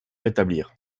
rétablir